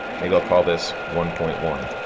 maybe i'll call this one point one.